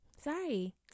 Sorry